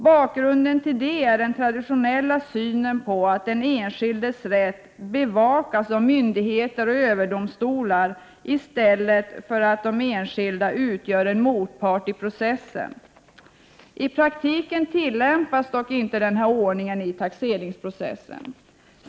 Bakgrunden till detta är den traditionella syn som innebär att den enskildes rätt bevakas av myndigheter och överdomstolar i stället för att den enskilde utgör en motpart i processen. I praktiken tillämpas dock inte denna ordning i taxeringsprocessen.